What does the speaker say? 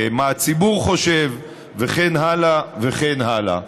מה הציבור חושב וכן הלאה וכן הלאה.